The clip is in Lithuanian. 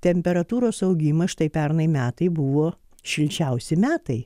temperatūros augimą štai pernai metai buvo šilčiausi metai